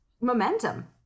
momentum